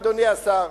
אדוני השר,